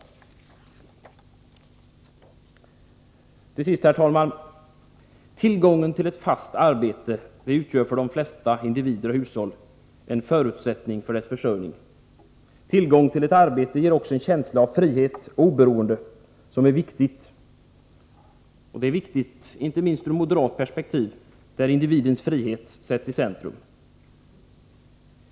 Till sist, herr talman! Tillgången till ett fast arbete utgör för de flesta individer och hushåll en förutsättning för försörjning. Tillgång till ett arbete ger också en känsla av frihet och oberoende som är viktig, inte minst ur moderat perspektiv där individens frihet sätts i centrum.